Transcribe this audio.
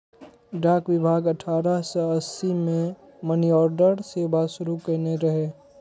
डाक विभाग अठारह सय अस्सी मे मनीऑर्डर सेवा शुरू कयने रहै